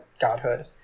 godhood